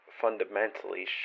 fundamentally